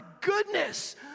goodness